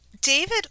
David